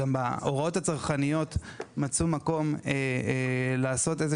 גם בהוראות הצרכניות מצאו מקום לעשות איזה